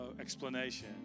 explanation